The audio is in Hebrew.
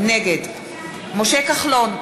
נגד משה כחלון,